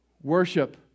worship